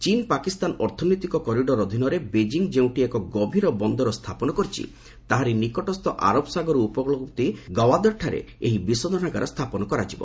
ଚୀନ୍ ପାକିସ୍ତାନ ଅର୍ଥନୈତିକ କରିଡ଼ର ଅଧୀନରେ ବେଜିଂ ଯେଉଁଠି ଏକ ଗଭୀର ବନ୍ଦର ସ୍ଥାପନ କରିଛି ତାହାରି ନିକଟସ୍ଥ ଆରବ ସାଗର ଉପକୂଳବର୍ତ୍ତୀ ଗୱାଦର୍ଠାରେ ଏହି ବିଶୋଧନାଗାର ସ୍ଥାପନ କରାଯିବ